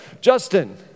Justin